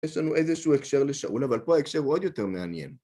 יש לנו איזשהו הקשר לשאול, אבל פה הקשר הוא עוד יותר מעניין.